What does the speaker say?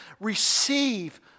receive